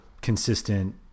consistent